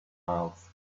miles